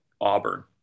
Auburn